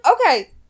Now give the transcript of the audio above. Okay